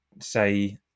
say